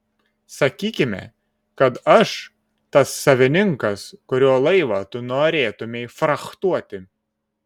sakykime kad aš tas savininkas kurio laivą tu norėtumei frachtuoti